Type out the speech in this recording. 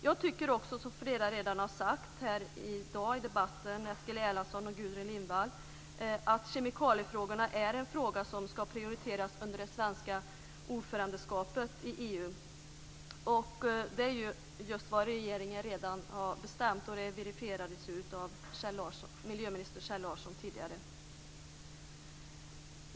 Jag tycker också, som flera, t.ex. Eskil Erlandsson och Gudrun Lindvall, redan har sagt här i dag i debatten, att kemikaliefrågorna ska prioriteras under det svenska ordförandeskapet i EU, och det är ju just vad regeringen redan har bestämt, vilket verifierades av miljöminister Kjell Larsson tidigare.